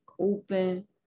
open